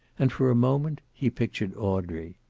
and for a moment, he pictured audrey.